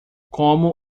como